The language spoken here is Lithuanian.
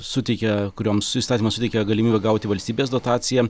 suteikia kurioms įstatymas suteikia galimybę gauti valstybės dotaciją